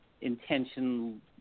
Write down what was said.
intention